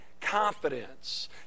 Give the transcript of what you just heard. confidence